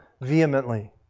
vehemently